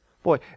Boy